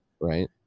Right